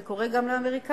זה קורה גם לאמריקנים.